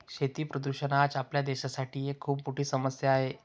शेती प्रदूषण आज आपल्या देशासाठी एक खूप मोठी समस्या आहे